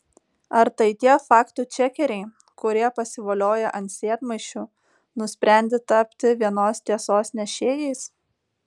ar tai tie faktų čekeriai kurie pasivolioję ant sėdmaišių nusprendė tapti vienos tiesos nešėjais